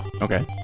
Okay